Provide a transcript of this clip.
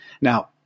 Now